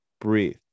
breathe